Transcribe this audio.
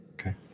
Okay